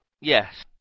Yes